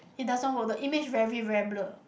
it doesn't work the image very very blur